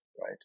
right